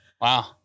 wow